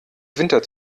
winter